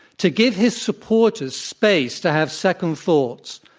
to give his supporters space to have second thoughts.